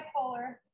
bipolar